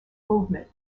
movement